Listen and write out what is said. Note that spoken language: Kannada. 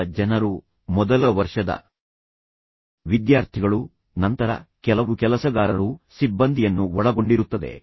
ಅಂದರೆ 10000 ಜನರು ಮೊದಲ ವರ್ಷದ ವಿದ್ಯಾರ್ಥಿಗಳು ನಂತರ ಕೆಲವು ಕೆಲಸಗಾರರು ಸಿಬ್ಬಂದಿಯನ್ನು ಒಳಗೊಂಡಿರುತ್ತದೆ